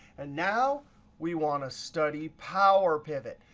and now we want to study power pivot.